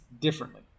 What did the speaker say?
differently